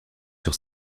sur